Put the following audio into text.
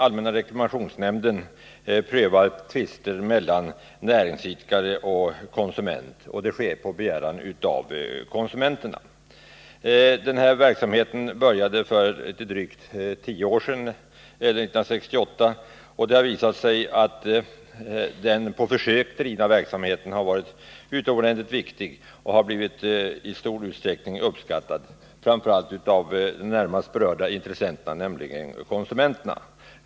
Allmänna reklamationsnämnden prövar tvister mellan näringsidkare och konsumenter, och det sker på begäran av konsumenten. Verksamheten började för drygt tio år sedan, 1968. Det har visat sig att den på försök drivna verksamheten varit utomordentligt viktig och blivit uppskattad i hög grad, framför allt av de närmast berörda intressenterna, nämligen konsumenterna.